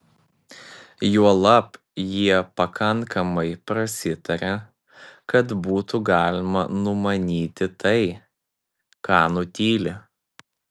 juolab jie pakankamai prasitaria kad būtų galima numanyti tai ką nutyli